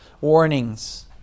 warnings